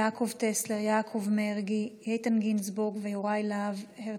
896, 897, 914, 926 ו-930,